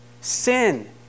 Sin